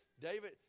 David